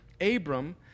Abram